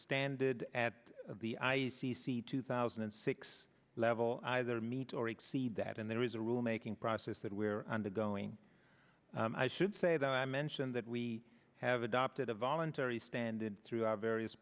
standard at the i c c two thousand and six level either meet or exceed that and there is a rule making process that we're undergoing i should say that i mentioned that we have adopted a voluntary standard through our various